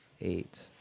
eight